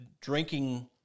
drinking